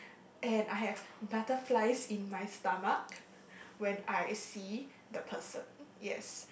and I have butterflies in my stomach when I see the person